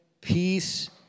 peace